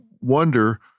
wonder